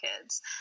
kids